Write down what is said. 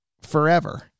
forever